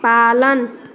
पालन